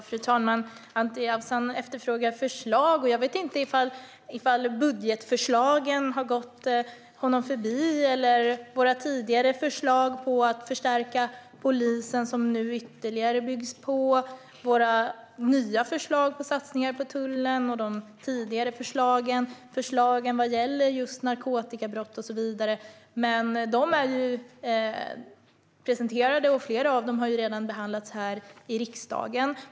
Fru talman! Anti Avsan efterfrågar förslag. Jag vet inte om budgetförslagen har gått honom förbi, våra tidigare förslag om att förstärka polisen, som nu ytterligare byggs på, eller våra nya förslag på satsningar på tullen och de tidigare förslagen som rör narkotikabrott och så vidare. De har presenterats, och flera av dem har redan behandlats i riksdagen.